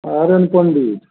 आर N पण्डित